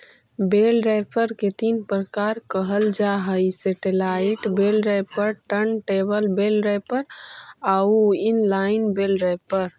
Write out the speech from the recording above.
बेल wrapper के तीन प्रकार कहल जा हई satellite bale wrapper, turntable bale wrapper आउ इन लाइन बेल रैपर